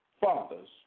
Fathers